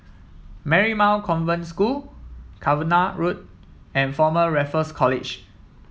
Marymount Convent School Cavenagh Road and Former Raffles College